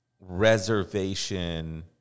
reservation